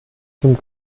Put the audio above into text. zum